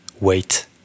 wait